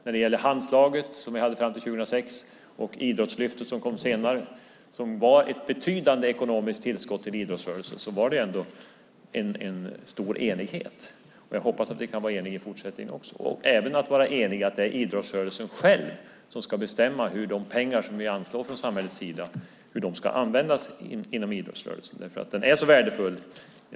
När det gäller Handslaget, som vi hade fram till 2006, och Idrottslyftet, som kom senare och som var ett betydande ekonomiskt tillskott till idrottsrörelsen, var det ändå en stor enighet. Jag hoppas att det kan vara enighet i fortsättningen också, även i fråga om att det ska vara idrottsrörelsen själv som ska bestämma hur de pengar som vi anslår från samhällets sida ska användas inom idrottsrörelsen därför att den är så värdefull.